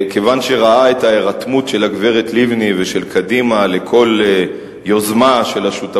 מה שאני לומד, ששניכם לא ראויים לשלטון.